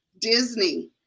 disney